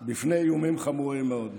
בפני איומים חמורים מאוד.